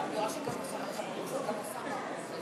גברתי היושבת-ראש, חברי חברי הכנסת,